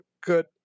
good